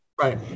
Right